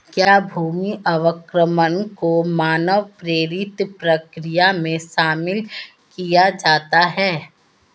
क्या भूमि अवक्रमण को मानव प्रेरित प्रक्रिया में शामिल किया जाता है?